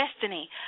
destiny